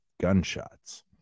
gunshots